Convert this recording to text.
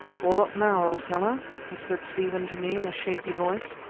all up now, old fellow! whispered stephen to me in a shaky voice.